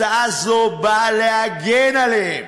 הצעה זו באה להגן עליהם,